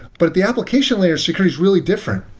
but at the application layer, security is really different.